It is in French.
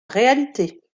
réalité